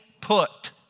put